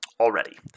already